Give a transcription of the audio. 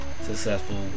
successful